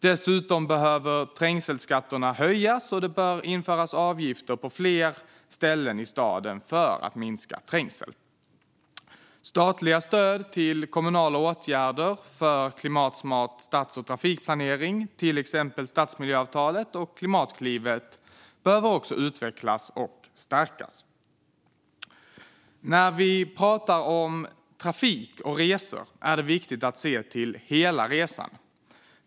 Dessutom behöver trängselskatterna höjas, och det bör införas avgifter på fler ställen i staden för att minska trängsel. Statliga stöd till kommunala åtgärder för klimatsmart stads och trafikplanering, till exempel stadsmiljöavtalet och Klimatklivet, behöver utvecklas och stärkas. När vi pratar om trafik och resor är det viktigt att se till hela resan.